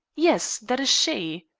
yes, that is she.